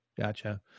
Gotcha